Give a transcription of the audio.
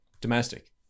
Domestic